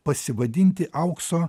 pasivadinti aukso